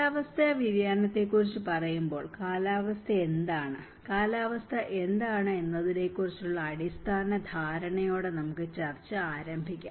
കാലാവസ്ഥാ വ്യതിയാനത്തെക്കുറിച്ച് പറയുമ്പോൾ കാലാവസ്ഥ എന്താണ് കാലാവസ്ഥ എന്താണ് എന്നതിനെക്കുറിച്ചുള്ള അടിസ്ഥാന ധാരണയോടെ നമുക്ക് ചർച്ച ആരംഭിക്കാം